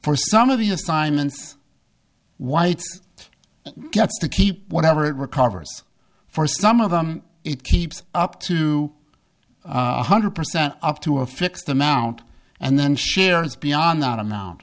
for some of the assignments white gets to keep whatever it recovers for some of them it keeps up to one hundred percent up to a fixed amount and then shares beyond that amount